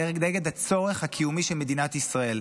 נגד הצורך הקיומי של מדינת ישראל.